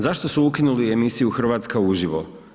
Zašto su ukinuli emisiju Hrvatska uživo?